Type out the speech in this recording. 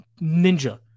ninja